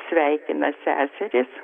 sveikina seserys